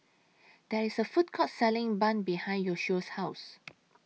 There IS A Food Court Selling Bun behind Yoshio's House